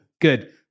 good